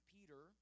Peter